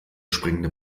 springende